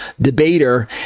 debater